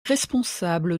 responsable